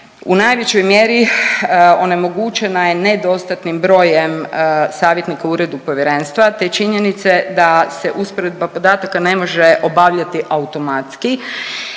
u najvećoj mjeri onemogućena je nedostatnim brojem savjetnika u uredu povjerenstva te činjenice da se usporedba podataka ne može obavljati automatski